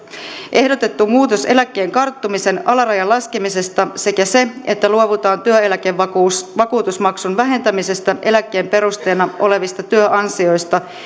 ehdotettu muutos eläkkeen karttumisen alarajan laskemisesta sekä se että luovutaan työeläkevakuutusmaksun vähentämisestä eläkkeen perusteena olevista työansioista